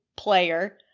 player